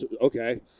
Okay